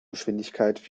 geschwindigkeit